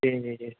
جی جی جی